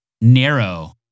narrow